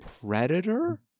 predator